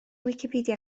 wicipedia